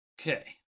Okay